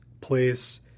place